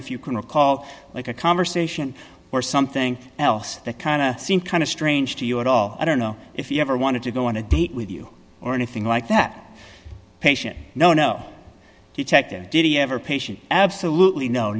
if you can recall like a conversation or something else that kind of seemed kind of strange to you at all i don't know if you ever wanted to go on a date with you or anything like that patient no no you checked there did he ever patient absolutely no